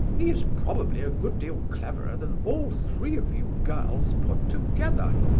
he is probably a good deal cleverer than all three of you girls put together.